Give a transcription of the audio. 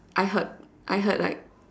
I head I heard like